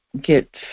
get